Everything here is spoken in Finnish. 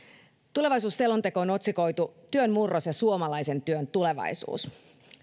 tulevaisuusselonteot on otsikoitu työn murros ja suomalaisen työn tulevaisuus